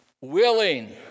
willing